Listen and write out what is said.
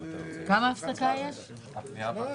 ההמראה?